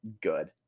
good